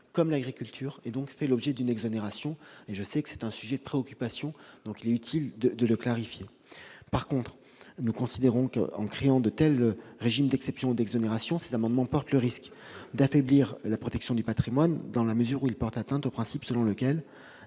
comme l'agriculture et fait donc l'objet d'une exonération. Je sais que c'est un sujet de préoccupation ; il est par conséquent utile de le clarifier. Nous considérons qu'en créant de tels régimes d'exception ou d'exonération, ces amendements risquent en revanche d'affaiblir la protection du patrimoine, dans la mesure où ils portent atteinte au principe selon lequel